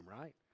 right